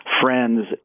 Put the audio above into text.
friends